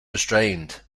restrained